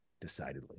decidedly